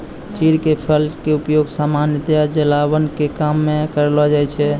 चीड़ के फल के उपयोग सामान्यतया जलावन के काम मॅ करलो जाय छै